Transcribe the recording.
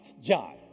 John